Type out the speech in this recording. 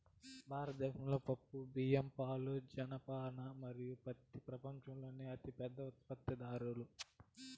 భారతదేశం పప్పులు, బియ్యం, పాలు, జనపనార మరియు పత్తి ప్రపంచంలోనే అతిపెద్ద ఉత్పత్తిదారు